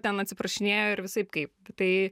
ten atsiprašinėjo ir visaip kaip tai